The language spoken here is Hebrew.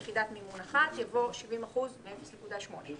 מה שלקחת קודם נחשב כאילו במסגרת אשראי שלך.